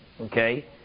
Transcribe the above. okay